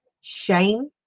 shame